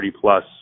plus